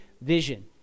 vision